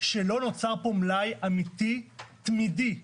שלא נוצר פה מלאי אמיתי, תמידי,